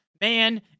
man